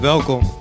Welkom